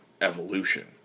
evolution